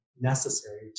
necessary